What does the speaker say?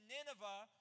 Nineveh